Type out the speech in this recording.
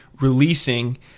releasing